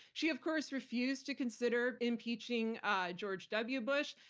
she of course refused to consider impeaching george w. bush.